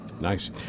nice